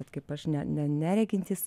vat kaip aš ne ne neregintys